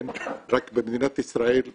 רק במדינת ישראל לא.